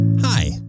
Hi